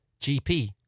GP